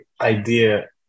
idea